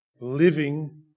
living